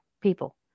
people